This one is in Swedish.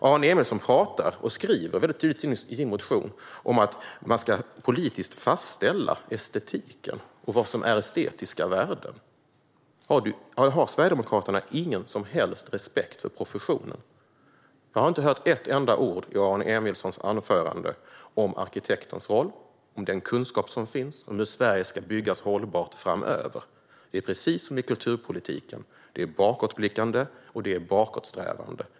Aron Emilsson talar om, och skriver tydligt i sin motion, att man ska politiskt fastställa estetiken och vad som är estetiska värden. Har Sverigedemokraterna ingen som helst respekt för professionen? Jag hörde inte ett enda ord i Aron Emilssons anförande om arkitektens roll och om den kunskap som finns om hur Sverige ska byggas hållbart framöver. Det är precis som i kulturpolitiken: Det är bakåtblickande, och det är bakåtsträvande.